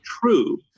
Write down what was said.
true